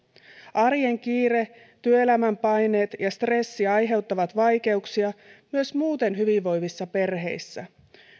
arjen kiire työelämän paineet ja stressi aiheuttavat vaikeuksia myös muuten hyvinvoivissa perheissä